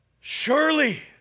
Surely